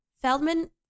Feldman